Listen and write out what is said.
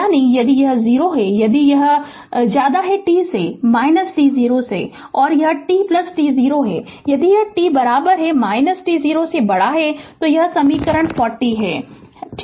यानी यदि यह 0 है यदि t बराबर t0 है और यह t t0 है यदि t बराबर t0 से बड़ा है तो यह समीकरण 40 है है ना